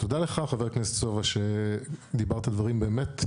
ותודה לך חבר הכנסת סובה שדיברת דברים נכונים מאוד,